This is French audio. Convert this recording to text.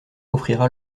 offrira